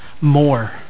more